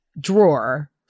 drawer